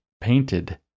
painted